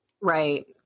Right